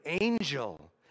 angel